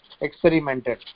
experimented